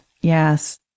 yes